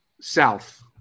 south